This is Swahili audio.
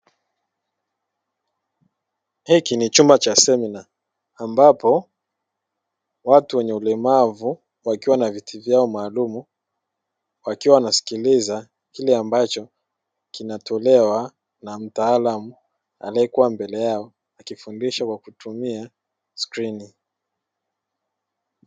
Hiki ni chumba cha semina ambapo watu wenye ulemavu wakiwa na viti vyao maalumu wakiwa wanasikiliza kile ambacho kinatolewa na mtaalamu aliyekuwa mbele yao akifundisha kwa kutumia skrini.